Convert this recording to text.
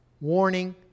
warning